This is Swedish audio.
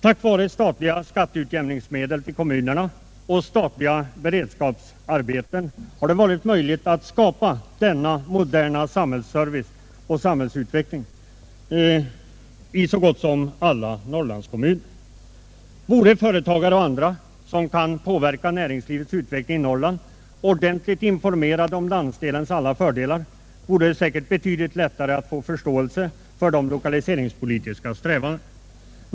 Tack vare statliga skatteutjämningsmedel till kommunerna och statliga beredskapsarbeten har det varit möjligt att skapa en modern samhällsservice och samhällsutveckling i så gott som alla Norrlandskommuner. Vore företagare och andra som kan påverka näringslivets utveckling i Norrland riktigt informerade om landsdelens alla fördelar, skulle det säkerligen vara betydligt lättare att vinna förståelse för de lokaliseringspolitiska strävandena.